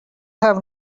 have